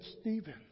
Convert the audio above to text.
Stephen